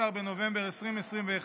17 בנובמבר 2021,